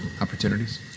opportunities